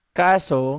kaso